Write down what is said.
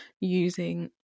using